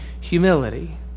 humility